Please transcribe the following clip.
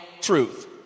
truth